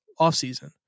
offseason